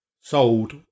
sold